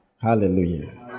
Hallelujah